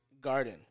Garden